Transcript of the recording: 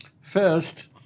First